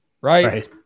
right